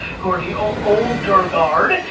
who are the old girl guard.